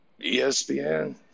ESPN